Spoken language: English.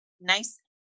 nice